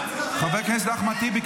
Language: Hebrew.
המליאה.) --- חבר הכנסת אחמד טיבי,